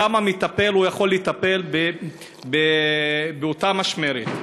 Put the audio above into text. כמה מטפל יכול לטפל באותה משמרת?